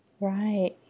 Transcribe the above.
right